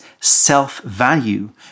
self-value